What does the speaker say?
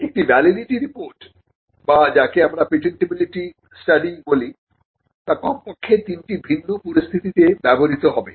একটি validity report বা যাকে আমরা পেটেন্টিবিলিটি স্টাডি বলি তা কমপক্ষে তিনটি ভিন্ন পরিস্থিতিতে ব্যবহৃত হবে